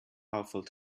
powerful